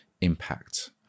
impact